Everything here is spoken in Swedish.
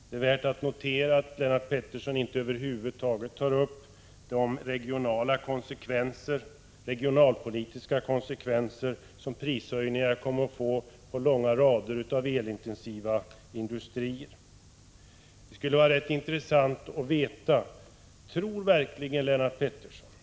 Det är värt att notera att Lennart Pettersson inte över huvud taget tar upp de regionalpolitiska konsekvenser som prishöjningarna kommer att få på en lång rad av elintensiva industrier. Det skulle vara rätt intressant att veta: Tror verkligen Lennart Pettersson att — Prot.